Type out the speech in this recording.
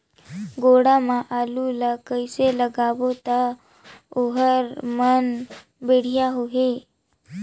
गोडा मा आलू ला कइसे लगाबो ता ओहार मान बेडिया होही?